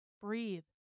breathe